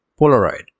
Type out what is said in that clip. Polaroid